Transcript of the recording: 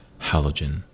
halogen